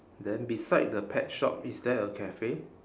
then beside the pet shop is there a cafe